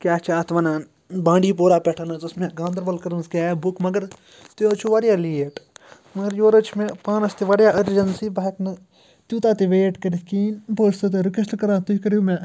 کیٛاہ چھِ اَتھ وَنان بانٛڈی پورہ پٮ۪ٹھ حظ ٲسۍ مےٚ گانٛدربَل کٔرمٕژ کیب بُک مَگر تُہۍ حظ چھُو واریاہ لیٹ مگر یورٕ حظ چھِ مےٚ پانَس تہِ واریاہ أرجیٚنسی بہٕ ہیٚکہٕ نہٕ تیٛوٗتاہ تہِ ویٹ کٔرِتھ کِہیٖنۍ بہٕ حظ چھُسو تۄہہِ رُکویٚسٹہٕ کران تُہۍ کٔرِو مےٚ